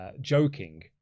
joking